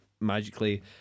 magically